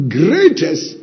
greatest